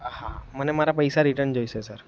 હા મને મારા પૈસા રિટન જોઈશે સર